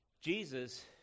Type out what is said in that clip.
Jesus